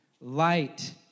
Light